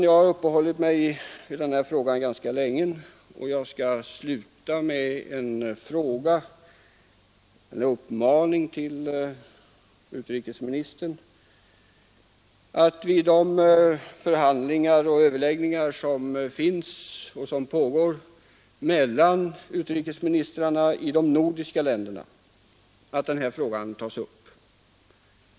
Jag har uppehållit mig vid denna fråga ganska länge, och jag skall sluta med en uppmaning till utrikesministern att vid de förhandlingar och överläggningar som pågår mellan utrikesministrarna i de nordiska länderna ta upp denna fråga.